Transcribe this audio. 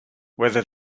whether